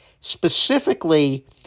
Specifically